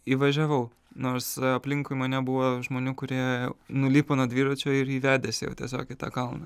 įvažiavau nors aplinkui mane buvo žmonių kurie nulipo nuo dviračio ir jį vedėsi jau tiesiog į tą kalną